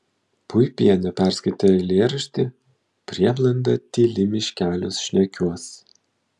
puipienė perskaitė eilėraštį prieblanda tyli miškeliuos šnekiuos